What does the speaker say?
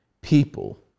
people